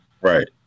Right